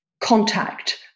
contact